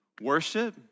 worship